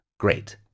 great